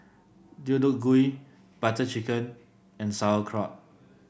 Deodeok Gui Butter Chicken and Sauerkraut